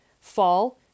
fall